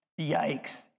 yikes